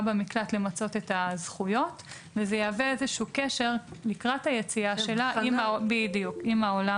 במקלט למצות את הזכויות וזה יהווה קשר לקראת היציאה שלה והמפגש עם העולם